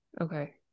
okay